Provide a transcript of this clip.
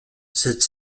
cette